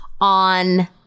on